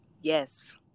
Yes